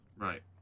Right